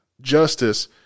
justice